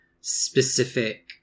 specific